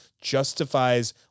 justifies